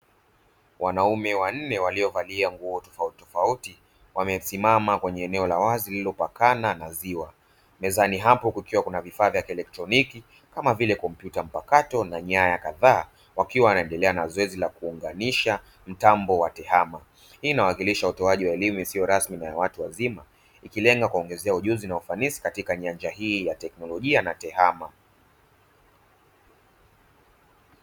Wanaume wanne waliovalia nguo tofauti tofauti wamesimama kwenye eneo la wazi lililopakana na ziwa, mezani hapo kukiwa kuna vifaa vya kielektroniki kama vile kompyuta mpakato na nyaya kadhaa wakiwa wanaendelea na zoezi la kuunganisha mtambo wa tehama. Hii inawakilisha utoaji wa elimu isiyo rasmi na ya watu wazima ikilenga kuwaongezea ujuzi na ufanisi katika nyanja hii ya teknolojia na tehama.